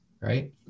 right